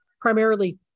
primarily